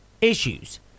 Issues